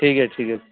ଠିକ୍ ଅଛି ଠିକ୍ ଅଛି